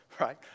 right